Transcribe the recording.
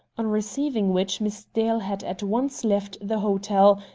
on receiving which miss dale had at once left the hotel,